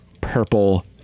purple